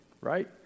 right